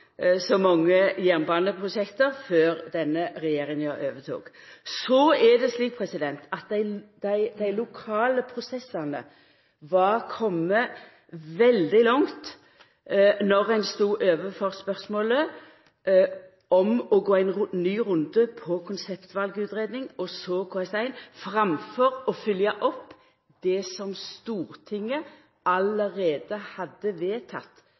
mange jernbaneprosjekt før denne regjeringa overtok. Så er det slik at dei lokale prosessane var komne veldig langt då ein stod overfor spørsmålet om å gå ein ny runde med omsyn til konseptvalutgreiing, og så KS1, framfor å følgja opp det som Stortinget allereie hadde